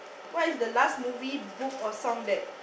what is the last movie book or song that